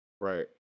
Right